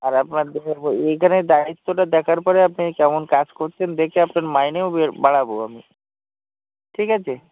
আর আপনার পর এইখানে দায়িত্বটা দেখার পরে আপনি কেমন কাজ করছেন দেখে আপনার মাইনেও বাড়াব আমি ঠিক আছে